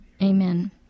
Amen